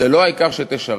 זה לא העיקר שתשרת.